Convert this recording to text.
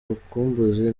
urukumbuzi